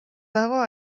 dago